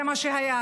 זה מה שהיה.